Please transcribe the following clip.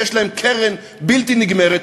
שיש להם קרן בלתי נגמרת,